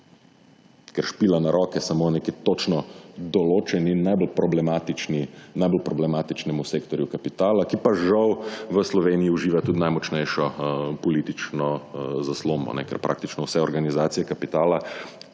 Ker špila na roke samo neki točko določenim, najbolj problematičnemu sektorju kapitala, ki pa žal v Sloveniji uživa tudi najmočnejšo politično zaslombo, ker praktično vse organizacije kapitala,